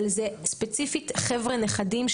אלה ספציפית חבר'ה שלנו, נכדים,